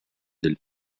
del